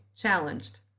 challenged